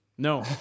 No